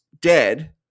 dead